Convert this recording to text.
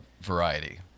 variety